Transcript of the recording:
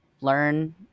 learn